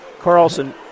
Carlson